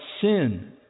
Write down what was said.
sin